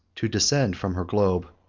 to descend from her globe,